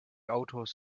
autos